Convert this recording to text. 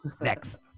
Next